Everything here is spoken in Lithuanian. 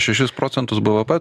šešis procentus bvp